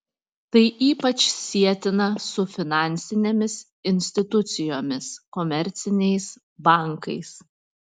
tai ypač sietina su finansinėmis institucijomis komerciniais bankais